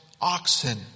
oxen